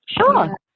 Sure